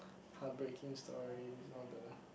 heartbreaking stories all the